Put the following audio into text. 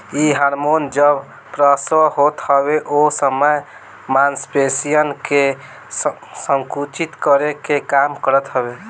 इ हार्मोन जब प्रसव होत हवे ओ समय मांसपेशियन के संकुचित करे के काम करत हवे